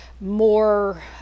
more